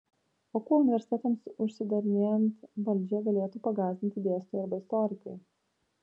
o kuo universitetams užsidarinėjant valdžią galėtų pagąsdinti dėstytojai arba istorikai